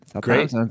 Great